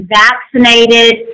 vaccinated